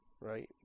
right